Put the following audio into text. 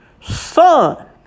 son